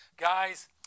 guys